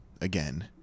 again